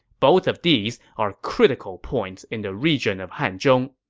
both of these are critical points in the region of hanzhong.